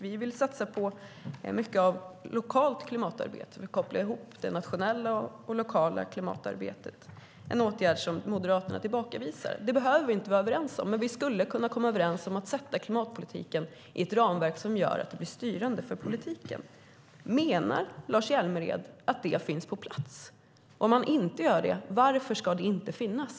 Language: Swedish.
Vi vill satsa på mycket av lokalt klimatarbete och koppla ihop det nationella och lokala klimatarbetet, en åtgärd som Moderaterna tillbakavisar. Detta behöver vi inte vara överens om, men vi skulle kunna komma överens om att sätta klimatpolitiken i ett ramverk som gör att det blir styrande för politiken. Menar Lars Hjälmered att detta finns på plats? Om han inte gör det: Varför ska det inte finnas?